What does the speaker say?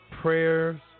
prayers